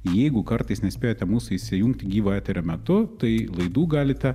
jeigu kartais nespėjote mūsų įsijungti gyvo eterio metu tai laidų galite